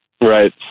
Right